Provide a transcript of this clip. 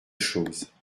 choses